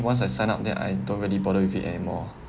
once I sign up that I don't really bother with it anymore